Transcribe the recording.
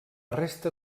resta